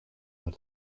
naar